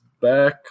back